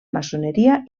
maçoneria